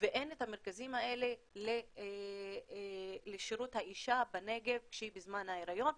ואין את המרכזים האלה לשירות האישה בנגב כשהיא בזמן ההיריון.